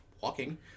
walking